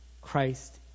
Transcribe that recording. Christ